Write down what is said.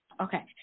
Okay